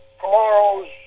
tomorrow's